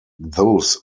those